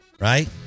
right